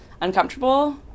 uncomfortable